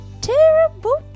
terrible